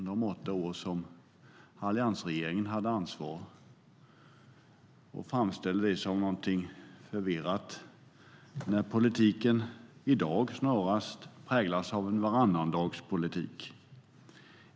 Hon talar om de åtta år alliansregeringen hade ansvar och framställer det som någonting förvirrat - när politiken i dag ju snarast är en varannandagspolitik.